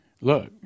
look